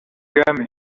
kagame